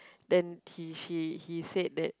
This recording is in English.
then he she he said that